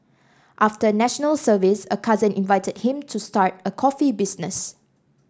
after National Service a cousin invited him to start a coffee business